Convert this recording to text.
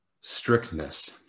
strictness